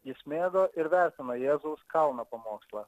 jis mėgo ir vertino jėzaus kalno pamokslą